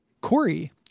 Corey